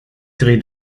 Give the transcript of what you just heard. dreh